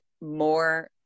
more